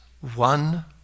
One